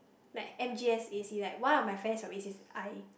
like M_G_S A_C like one of my friends from A_C_S_I